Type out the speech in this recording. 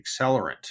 accelerant